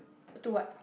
to what